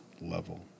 level